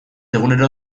egunero